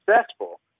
successful